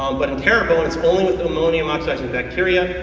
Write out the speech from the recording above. um but in terrebone it's only with the ammonia oxidizing bacteria,